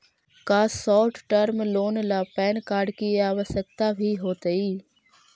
का short term loan ला PAN card की आवश्यकता भी होतइ